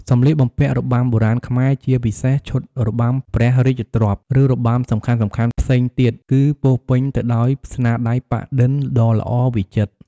សម្លៀកបំពាក់របាំបុរាណខ្មែរ ជាពិសេសឈុតរបាំព្រះរាជទ្រព្យ ឬរបាំសំខាន់ៗផ្សេងទៀត គឺពោរពេញទៅដោយ ស្នាដៃប៉ាក់-ឌិន ដ៏ល្អវិចិត្រ។